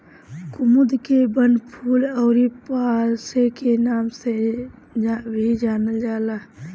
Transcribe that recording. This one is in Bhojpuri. कुमुद के वनफूल अउरी पांसे के नाम से भी जानल जाला